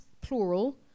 plural